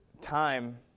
time